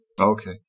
Okay